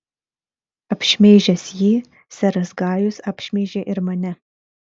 apšmeižęs jį seras gajus apšmeižė ir mane